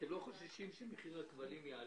אתם לא חוששים שמחיר הכבלים יעלה?